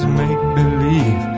make-believe